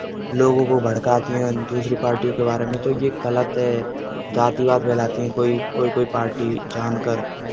लोगों को भड़काते हैं दूसरी पार्टियों के बारे में तो ये गलत है जातिवाद फैलाती है कोई कोई कोई पार्टी जान कर